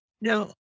Now